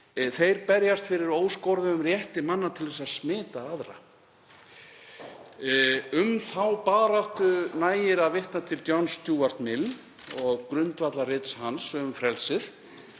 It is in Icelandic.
nafn, berjast fyrir óskoruðum rétti manna til að smita aðra. Um þá baráttu nægir að vitna til Johns Stuarts Mills og grundvallarrits hans um frelsið